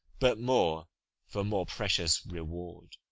but more for more precious reward.